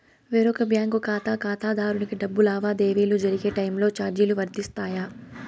వేరొక బ్యాంకు ఖాతా ఖాతాదారునికి డబ్బు లావాదేవీలు జరిగే టైములో చార్జీలు వర్తిస్తాయా?